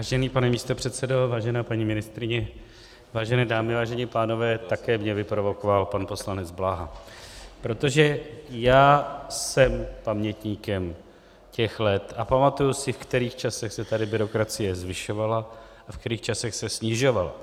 Vážený pane místopředsedo, vážená paní ministryně, vážené dámy, vážení pánové, také mě vyprovokoval pan poslanec Bláha, protože já jsem pamětníkem těch let a pamatuji si, v kterých časech se tady byrokracie zvyšovala a v kterých letech se snižovala.